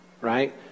Right